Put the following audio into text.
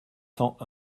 cent